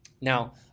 Now